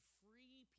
free